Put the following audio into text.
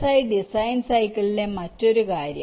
I design സൈക്കിളിലെ മറ്റൊരു കാര്യം